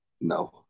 no